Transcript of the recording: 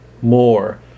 more